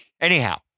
Anyhow